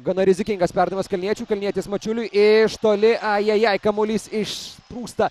gana rizikingas perdavimas kalniečiui kalnietis mačiuliuiiš toli ajajai kamuolys išsprūsta